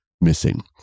missing